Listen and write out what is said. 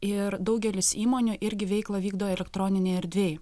ir daugelis įmonių irgi veiklą vykdo elektroninėj erdvėj